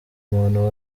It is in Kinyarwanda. muntu